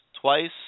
twice